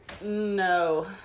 No